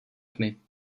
tmy